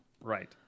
Right